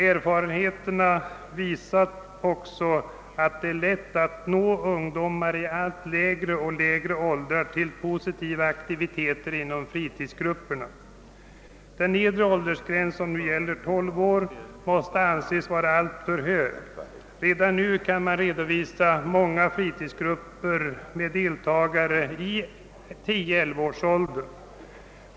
Erfarenheterna visar också att det är lätt att nå ungdomar i allt lägre åldrar i och för positiva aktiviteter i fritidsgrupperna. Den gällande nedre åldersgränsen, 12 år, måste anses vara alltför hög, ty redan nu kan man konstatera att det finns många ungdomar i 10—11-årsåldern i fritidsgrupperna.